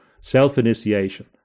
self-initiation